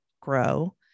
grow